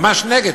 ממש נגד,